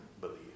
believe